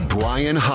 Brian